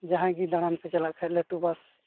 ᱡᱟᱦᱟᱸᱭᱜᱮ ᱫᱟᱬᱟᱱᱯᱮ ᱪᱟᱞᱟᱜ ᱠᱷᱟᱱ ᱞᱟᱹᱴᱩ ᱵᱟᱥ